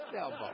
elbow